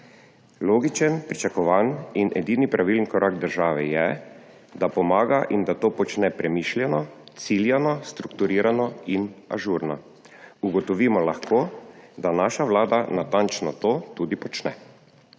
Logičen, pričakovan in edini pravilen korak države je, da pomaga in da to počne premišljeno, ciljano, strukturirano in ažurno; ugotovimo lahko, da naša Vlada natančno to tudi počne.